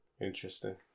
interesting